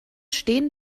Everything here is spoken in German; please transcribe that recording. stehen